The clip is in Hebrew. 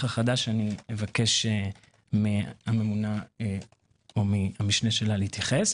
החדש אבקש מהממונה או מהמשנה שלה להתייחס.